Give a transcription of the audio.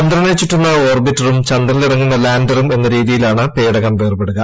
ചന്ദ്രനെ ചുറ്റുന്ന ഓർബിറ്ററും ചന്ദ്രനിൽ ഇറങ്ങുന്ന ലാൻഡറും എന്ന രീതിയിലാണ് പേടകം വേർപെടുക